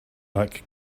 like